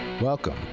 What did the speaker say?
Welcome